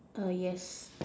err yes